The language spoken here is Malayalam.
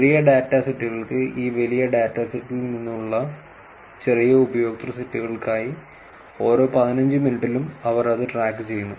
ചെറിയ ഡാറ്റ സെറ്റുകൾക്ക് ഈ വലിയ ഡാറ്റ സെറ്റിൽ നിന്നുള്ള ചെറിയ ഉപയോക്തൃ സെറ്റുകൾക്കായി ഓരോ പതിനഞ്ച് മിനിറ്റിലും അവർ അത് ട്രാക്കുചെയ്യുന്നു